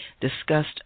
discussed